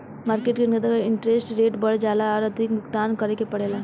market के अंतर्गत interest rate बढ़ जाला पर अधिक भुगतान करे के पड़ेला